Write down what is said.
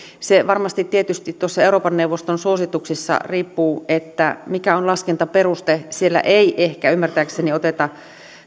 se varmasti tietysti noissa euroopan neuvoston suosituksissa riippuu siitä mikä on laskentaperuste siellä ei ehkä ymmärtääkseni oteta